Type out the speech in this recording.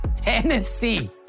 Tennessee